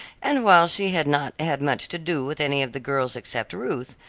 and while she had not had much to do with any of the girls except ruth,